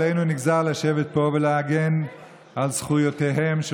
עלינו נגזר לשבת פה ולהגן על זכויותיהם של